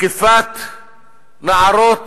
תקיפת נערות,